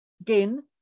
again